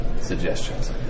suggestions